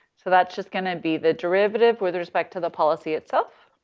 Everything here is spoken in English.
so that's just gonna be the derivative with respect to the policy itself.